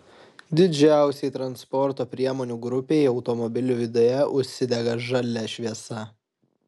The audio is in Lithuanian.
didžiausiai transporto priemonių grupei automobilių viduje užsidega žalia šviesa